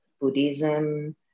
Buddhism